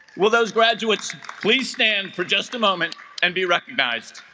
will those graduates please stand for just a moment and be recognized